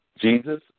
Jesus